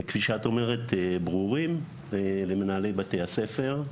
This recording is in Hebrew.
כפי שאת אומרת ברורים למנהלי בתי הספר.